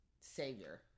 savior